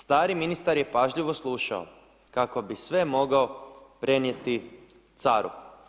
Stari ministar je pažljivo slušao, kako bi sve mogao prenijeti caru.